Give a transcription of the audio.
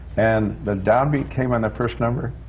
and the downbeat came on the first number,